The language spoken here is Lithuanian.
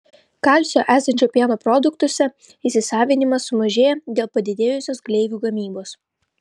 kalcio esančio pieno produktuose įsisavinimas sumažėja dėl padidėjusios gleivių gamybos